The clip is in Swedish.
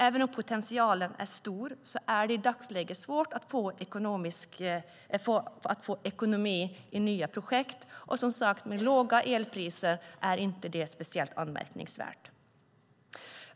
Även om potentialen är stor är det i dagsläget svårt att få ekonomi i nya projekt, men som sagt: Med låga elpriser är det inte speciellt anmärkningsvärt.